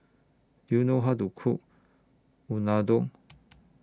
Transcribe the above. Do YOU know How to Cook Unadon